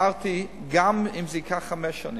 אמרתי: גם אם זה ייקח חמש שנים,